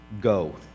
Go